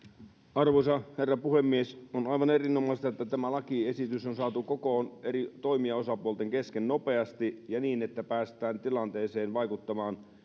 arvoisa herra puhemies on aivan erinomaista että tämä lakiesitys on saatu kokoon eri toimijaosapuolten kesken nopeasti ja niin että päästään tilanteeseen vaikuttamaan